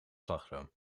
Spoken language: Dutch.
slagroom